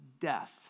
death